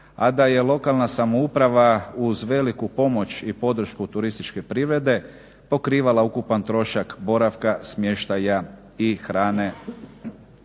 a da je lokalna samouprava uz veliku pomoć i podršku turističke privrede pokrivala ukupan trošak boravka, smještaja i hrane